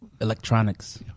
Electronics